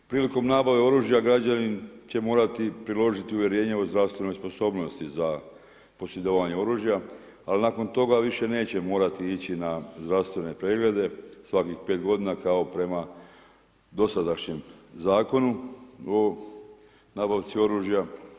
Prilikom nabave oružja će građanin morati priložiti uvjerenje o zdravstvenoj sposobnosti za posjedovanje oružja, ali nakon toga više neće morati ići na zdravstvene preglede svakih 5 godina kao prema dosadašnjem zakonu o nabavci oružja.